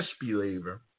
disbeliever